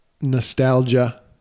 nostalgia